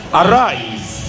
arise